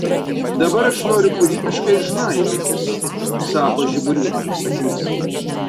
dabar aš noriu kūrybiškai žnaibytis sako žiburiuodamas akimis